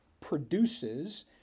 produces